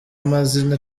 amazina